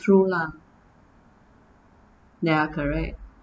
true lah ya correct